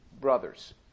brothers